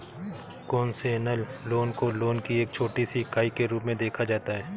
concessional loan को loan की एक छोटी सी इकाई के रूप में देखा जाता है